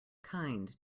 kind